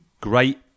great